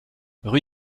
rue